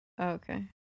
Okay